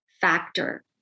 factor